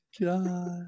God